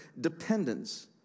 dependence